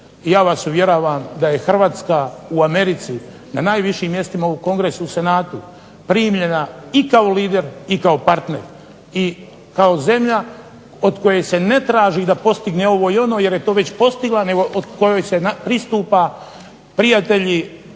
ja vas uvjeravam da je Hrvatska u Americi na najvišim mjestima u Kongresu, u Senatu primljena i kao lider i kao partner i kao zemlja od koje se ne traži da postigne i ovo i ono jer je to već postigla, nego kojoj se pristupa prijatelji očekujemo